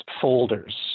folders